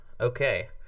okay